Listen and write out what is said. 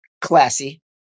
classy